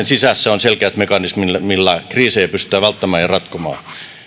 sisässä on selkeät mekanismit millä kriisejä pystytään välttämään ja ratkomaan